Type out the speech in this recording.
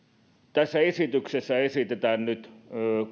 tässä esityksessä esitetään nyt